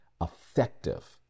effective